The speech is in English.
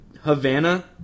Havana